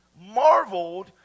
marveled